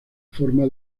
forma